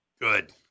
Good